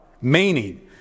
Meaning